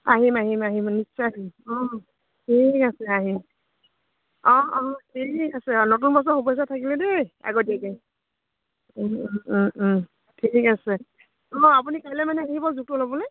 আহিম আহিম আহিম নিশ্চয় আহিম অঁ ঠিক আছে আহিম অঁ অঁ ঠিক আছে অঁ নতুন বছৰ শুভেচ্ছা থাকিলে দেই আগতীয়াকৈ ঠিক আছে অঁ আপুনি কাইলৈ মানে আহিব জোখটো ল'বলৈ